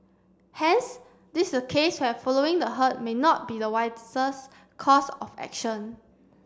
hence this is case have following the herd may not be the wisest course of action